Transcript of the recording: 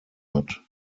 hat